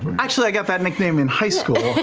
actually, i got that nickname in high school.